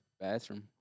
bathroom